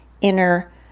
inner